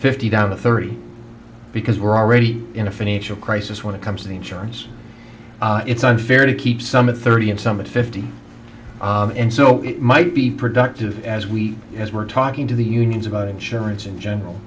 fifty down to thirty because we're already in a financial crisis when it comes to the insurance it's unfair to keep some of thirty and some at fifty and so it might be productive as we as we're talking to the unions about insurance in general